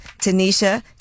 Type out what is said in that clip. Tanisha